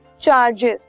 charges